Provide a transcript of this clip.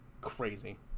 crazy